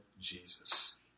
Jesus